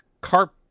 carp